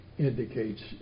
indicates